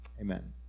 Amen